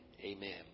amen